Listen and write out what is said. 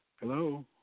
Hello